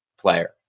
player